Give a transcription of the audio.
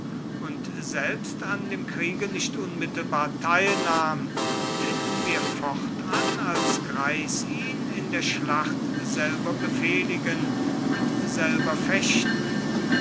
und selbst an dem kriege nicht unmittelbar teilnahm finden wir fortan als greis ihn in der schlacht selber befehligen und selber fechten